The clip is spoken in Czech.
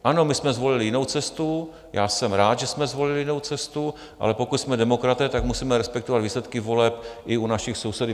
Ano, my jsme zvolili jinou cestu, já jsem rád, že jsme zvolili jinou cestu, ale pokud jsme demokraté, tak musíme respektovat výsledky voleb i u našich sousedů.